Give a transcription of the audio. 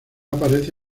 aparece